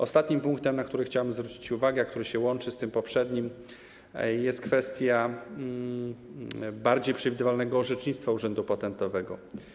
Ostatnim punktem, na który chciałem zwrócić uwagę, a który łączy się z tym poprzednim, jest kwestia bardziej przewidywalnego orzecznictwa urzędu patentowego.